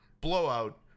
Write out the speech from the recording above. blowout